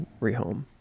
rehome